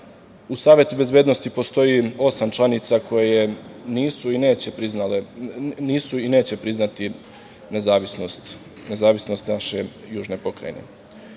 u Savetu bezbednosti postoji osam članica koje nisu i neće priznati nezavisnost naše južne pokrajine. Čuli